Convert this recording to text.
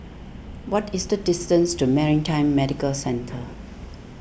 what is the distance to Maritime Medical Centre